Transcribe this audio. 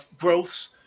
growths